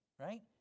right